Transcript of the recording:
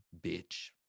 bitch